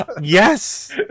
yes